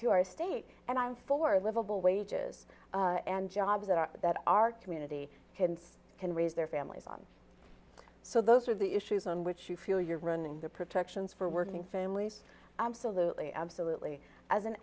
to our state and i'm for livable wages and jobs that are that our community kids can raise their families on so those are the issues on which you feel you're running the protections for working families absolutely absolutely as an